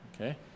Okay